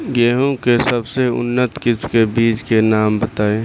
गेहूं के सबसे उन्नत किस्म के बिज के नाम बताई?